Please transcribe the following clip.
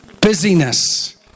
busyness